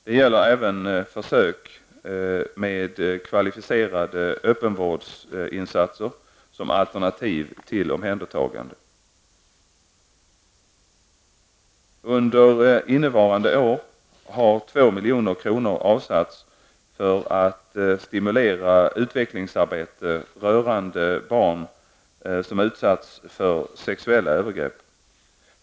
Det gäller även försök med kvalificerade öppenvårdsinsatser som alternativ till omhändertagande. Under innevarande år har 2 milj.kr. avsatts för att stimulera utvecklingsarbete rörande barn som utsatts för sexuella övergrepp.